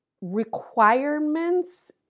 Requirements